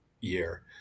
year